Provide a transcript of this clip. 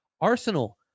Arsenal